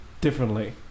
differently